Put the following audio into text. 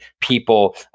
people